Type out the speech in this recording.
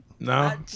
No